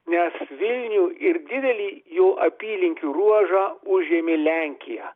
nes vilnių ir didelį jo apylinkių ruožą užėmė lenkija